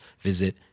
visit